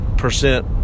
percent